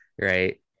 right